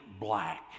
black